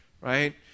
right